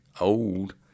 old